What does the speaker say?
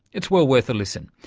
it's well worth a listen.